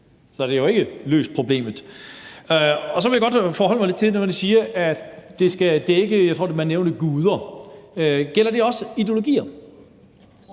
så den har jo ikke løst problemet. Så vil jeg godt forholde mig lidt til det, man siger, om, at det skal dække, jeg tror, man nævnte guder. Gælder det også ideologier?